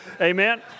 Amen